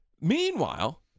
Meanwhile